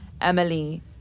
Emily